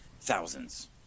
thousands